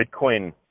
Bitcoin